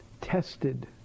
tested